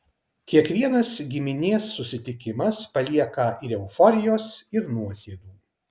kiekvienas giminės susitikimas palieka ir euforijos ir nuosėdų